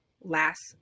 last